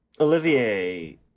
Olivier